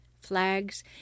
flags